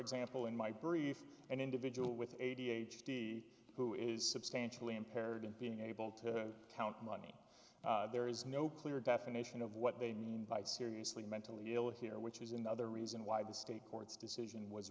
example in my brief an individual with eighty eight who is substantially impaired being able to count money there is no clear definition of what they mean by seriously mentally ill here which is another reason why the state court's decision was